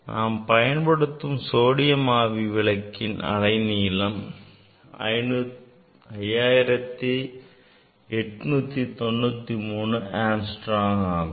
நாம் பயன்படுத்தும் சோடியம் ஆவி விளக்கின் அலைநீளம் 5893 angstrom ஆகும்